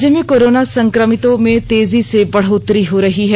राज्य में कोरोना संक्रमितों में तेजी से बढ़ोत्तरी हो रही है